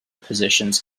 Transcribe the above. positions